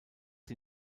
die